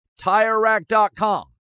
TireRack.com